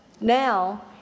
now